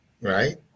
right